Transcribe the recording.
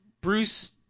Bruce